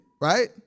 right